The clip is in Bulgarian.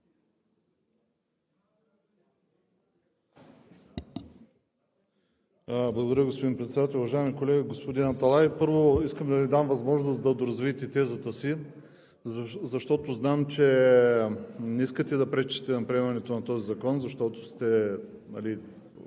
Благодаря, господин Председател. Уважаеми колеги! Господин Аталай, първо искам да Ви дам възможност да доразвиете тезата си, защото знам, че не искате да пречите на приемането на този закон, защото сте